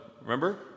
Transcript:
Remember